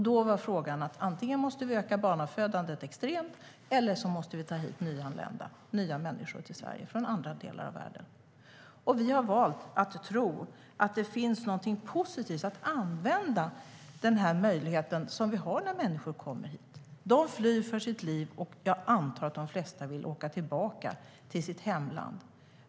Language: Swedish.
Då var svaret att vi antingen måste öka barnafödandet extremt eller ta hit nyanlända människor till Sverige från andra delar av världen. Vi har valt att tro att det finns något positivt i att använda den möjlighet som ges när människor kommer hit. De flyr för sina liv, och jag antar att de flesta vill åka tillbaka till sina hemländer.